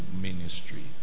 ministry